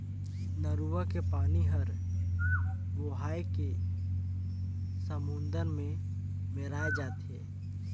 नरूवा के पानी हर बोहाए के समुन्दर मे मेराय जाथे